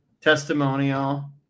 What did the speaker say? Testimonial